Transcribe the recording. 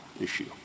issue